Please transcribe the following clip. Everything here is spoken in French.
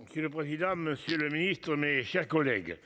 Monsieur le président, Monsieur le Ministre, mes chers collègues.